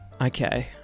Okay